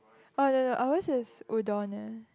oh no no ours is Udon leh